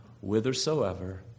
whithersoever